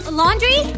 laundry